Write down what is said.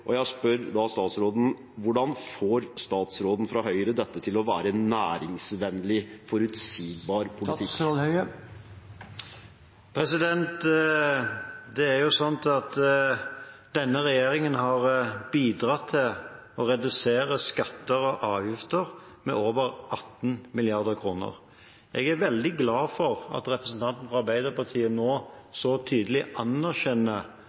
Jeg spør da statsråden: Hvordan får statsråden fra Høyre dette til å være næringsvennlig, forutsigbar politikk? Denne regjeringen har bidratt til å redusere skatter og avgifter med over 18 mrd. kr. Jeg er veldig glad for at representanten fra Arbeiderpartiet nå så tydelig anerkjenner